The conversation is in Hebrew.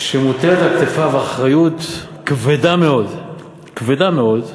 שמוטלת על כתפיו אחריות כבדה מאוד, כבדה מאוד,